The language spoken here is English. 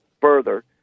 further